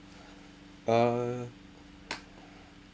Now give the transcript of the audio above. uh